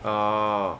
orh